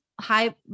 high